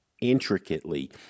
intricately